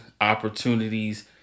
opportunities